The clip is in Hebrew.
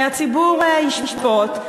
והציבור ישפוט.